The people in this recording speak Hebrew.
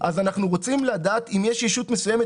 אז אנחנו רוצים לדעת אם יש ישות מסוימת